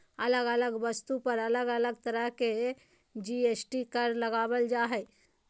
अलग अलग वस्तु पर अलग अलग तरह के जी.एस.टी कर लगावल जा हय